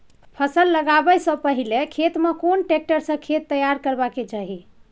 फसल लगाबै स पहिले खेत में कोन ट्रैक्टर स खेत तैयार करबा के चाही?